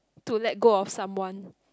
to let go of someone